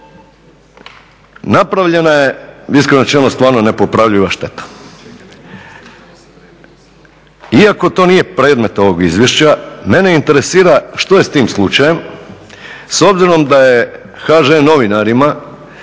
Napravljena je, iskreno rečeno, stvarno nepopravljiva šteta. Iako to nije predmet ovog izvješća mene interesira što je s tim slučajem, s obzirom da je HŽ novinarima